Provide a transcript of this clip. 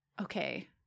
okay